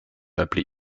appelés